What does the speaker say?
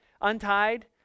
untied